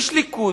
איש הליכוד,